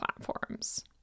platforms